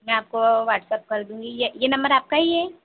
मैं आपको व्हाटसप कर दूँगी ये ये नम्बर आपका ही है